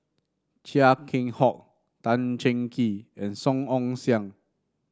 Chia Keng Hock Tan Cheng Kee and Song Ong Siang